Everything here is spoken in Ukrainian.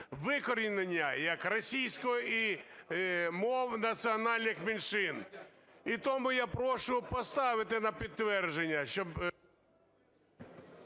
викорінення, як російської і мов національних меншин. І тому я прошу поставити на підтвердження, щоб…